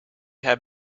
have